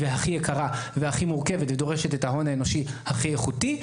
יקרה ומורכבת ודורשת את ההון האנושי הכי איכותי,